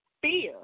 Fear